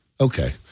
Okay